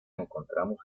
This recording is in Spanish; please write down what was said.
encontramos